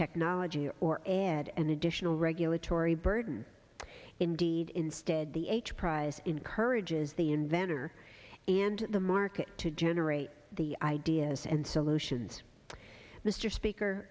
technology or a red and additional regulatory burden indeed instead the h prize encourages the inventor and the market to generate the ideas and solutions mr speaker